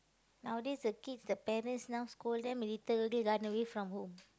nowadays the kids the parents now scold them a little already run away from home